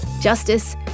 justice